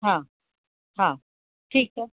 हा हा ठीकु आहे